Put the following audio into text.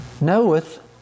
knoweth